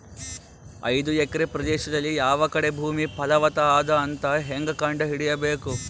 ಐದು ಎಕರೆ ಪ್ರದೇಶದಲ್ಲಿ ಯಾವ ಕಡೆ ಭೂಮಿ ಫಲವತ ಅದ ಅಂತ ಹೇಂಗ ಕಂಡ ಹಿಡಿಯಬೇಕು?